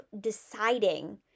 deciding